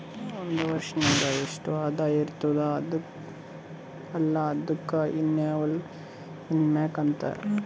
ಒಂದ್ ವರ್ಷನಾಗ್ ನಿಂದು ಎಸ್ಟ್ ಆದಾಯ ಆಗಿರ್ತುದ್ ಅಲ್ಲ ಅದುಕ್ಕ ಎನ್ನವಲ್ ಇನ್ಕಮ್ ಅಂತಾರ